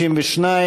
62,